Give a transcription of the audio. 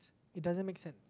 it doesn't make sense